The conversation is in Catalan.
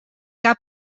cap